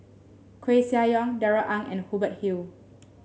Koeh Sia Yong Darrell Ang and Hubert Hill